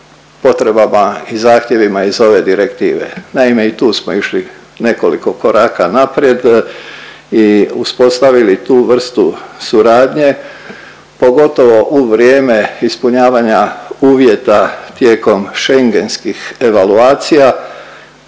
potrebama i zahtjevima iz ove direktive. Naime, i tu smo išli nekoliko koraka naprijed i uspostavili tu vrstu suradnje pogotovo u vrijeme ispunjavanja uvjeta tijekom Schengenskih evaluacija